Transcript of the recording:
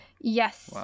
Yes